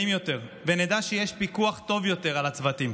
יותר ונדע שיש פיקוח טוב יותר על הצוותים.